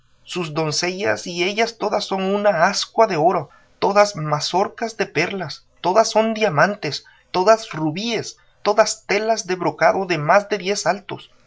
sus doncellas y ella todas son una ascua de oro todas mazorcas de perlas todas son diamantes todas rubíes todas telas de brocado de más de diez altos